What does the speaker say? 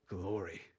glory